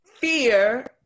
fear